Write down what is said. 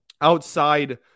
outside